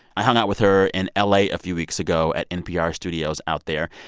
i hung out with her in ah la a few weeks ago at npr's studios out there.